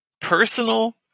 Personal